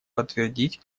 подтвердить